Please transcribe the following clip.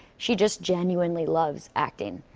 she just genuinely loves acting.